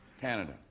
Canada